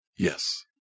Yes